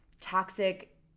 toxic